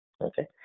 okay